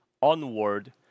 onward